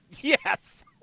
Yes